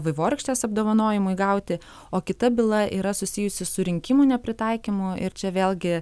vaivorykštės apdovanojimui gauti o kita byla yra susijusi su rinkimų nepritaikymu ir čia vėlgi